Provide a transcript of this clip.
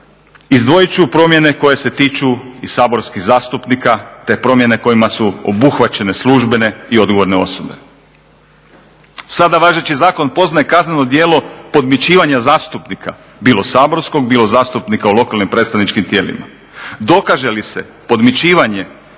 izdvojit ću promjene koje se tiču i saborskih zastupnika te promjene kojima su obuhvaćene službene i odgovorne osobe. Sada važeći zakon poznaje kazneno djelo podmićivanja zastupnika, bilo saborskog, bilo zastupnika u lokalnim predstavničkim tijelima. Dokaže li se podmićivanje